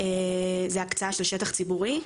זו הקצאה של שטח ציבורי,